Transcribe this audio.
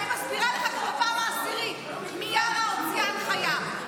אני מסבירה לך כבר בפעם העשירית: מיארה הוציאה הנחיה,